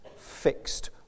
fixed